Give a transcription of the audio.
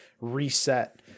reset